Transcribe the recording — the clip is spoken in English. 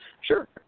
Sure